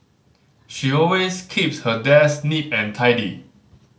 she always keeps her desk neat and tidy